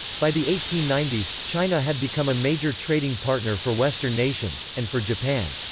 by the eighteen ninety s, china had become a major trading partner for western nations, and for japan.